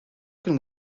can